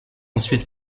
ensuite